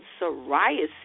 psoriasis